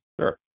Sure